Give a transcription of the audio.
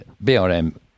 BRM